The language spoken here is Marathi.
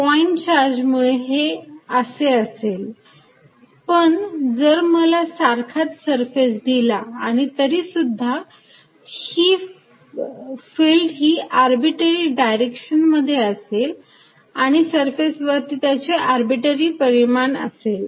पॉईंट चार्ज मुळे हे असे असेल पण जर मला सारखाच सरफेस दिला आणि तरीसुद्धा फिल्ड ही आरबीटरी डायरेक्शन मध्ये असेल आणि सरफेस वरती त्याचे आरबीटरी परिमाण असेल